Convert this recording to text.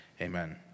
amen